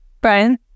Brian